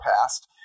past